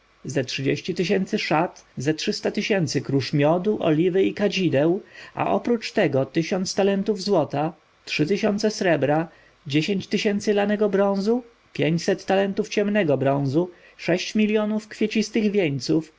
ze trzydzieści tysięcy szat ze trzysta tysięcy kruż miodu oliwy i kadzideł a prócz tego tysiąc talentów złota trzy tysiące srebra dziesięć tysięcy lanego bronzu pięćset talentów ciemnego bronzu sześć miljonów kwiecistych wieńców